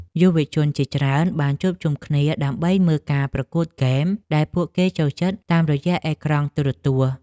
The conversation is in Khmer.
យុវជនជាច្រើនបានជួបជុំគ្នាដើម្បីមើលការប្រកួតហ្គេមដែលពួកគេចូលចិត្តតាមរយៈអេក្រង់ទូរទស្សន៍។